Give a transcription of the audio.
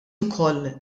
ukoll